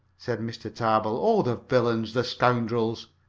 said mr. tarbill. oh, the villains! the scoundrels!